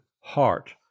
heart